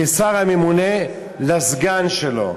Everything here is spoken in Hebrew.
כשר הממונה, לסגן שלו.